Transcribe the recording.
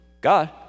God